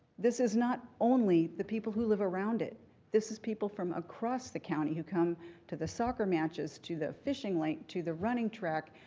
this is not only the people who live around it this is people from across the county who come to the soccer matches, to the fishing lake, to the running track,